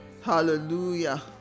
hallelujah